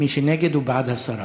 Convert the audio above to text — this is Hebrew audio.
מי שנגד, הוא בעד הסרה.